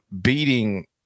beating